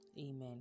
Amen